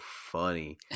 funny